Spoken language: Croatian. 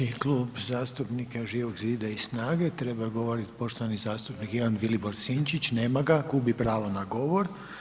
Sljedeći Klub zastupnika je Živog zida i SNAGA-e, treba govoriti poštovani zastupnik Ivan Vilibor Sinčić, nema ga, gubi pravo na govor.